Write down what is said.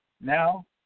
Now